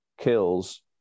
kills